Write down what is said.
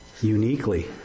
uniquely